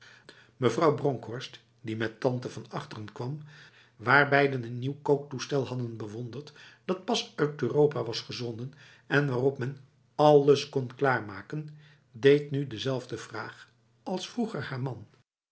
mevrouw bronkhorst die met tante van achteren kwam waar beiden een nieuw kooktoestel hadden bewonderd dat pas uit europa was gezonden en waarop men alles kon klaarmaken deed nu dezelfde vraag als vroeger haar man